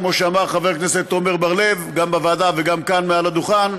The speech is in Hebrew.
כמו שאמר חבר הכנסת עמר בר-לב גם בוועדה וגם כאן מעל הדוכן,